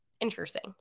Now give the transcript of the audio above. Interesting